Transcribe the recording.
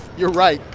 you're right.